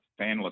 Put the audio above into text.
fanless